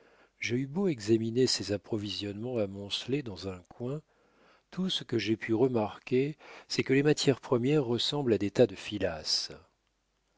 j'ai eu beau examiner ses approvisionnements amoncelés dans un coin tout ce que j'ai pu remarquer c'est que les matières premières ressemblent à des tas de filasse